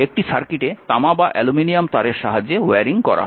একটি সার্কিটে তামা বা অ্যালুমিনিয়াম তারের সাহায্যে ওয়্যারিং করা হয়